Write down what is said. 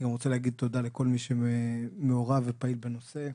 אני רוצה להגיד תודה לכל מי שמעורב ופעיל בנושא,